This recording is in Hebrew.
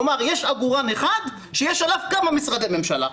כלומר, יש עגורן אחד שיש עליו כמה משרדי ממשלה.